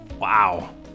Wow